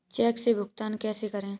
Check से भुगतान कैसे करें?